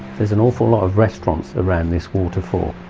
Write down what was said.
there's an awful lot of restaurants around this waterfall,